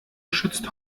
schützt